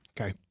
Okay